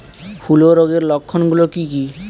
হূলো রোগের লক্ষণ গুলো কি কি?